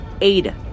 Ada